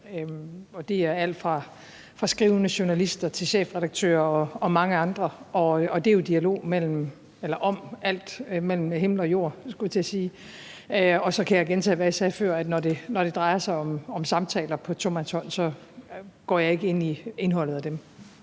det er alt fra skrivende journalister til chefredaktører og mange andre. Og det er jo dialog om alt mellem himmel og jord, skulle jeg til at sige. Og så kan jeg gentage, hvad jeg sagde før, nemlig at når det drejer sig om samtaler på tomandshånd, går jeg ikke ind i indholdet af dem.